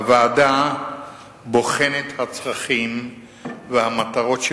הוועדה בוחנת את הצרכים והמטרות של